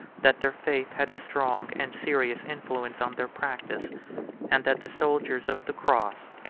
that their faith had a strong and serious influence on their practice and that the soldiers of the cross,